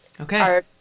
Okay